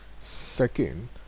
Second